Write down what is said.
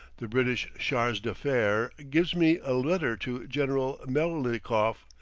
the british charge d'affaires gives me a letter to general melnikoff,